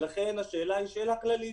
ולכן השאלה היא שאלה כללית,